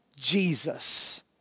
Jesus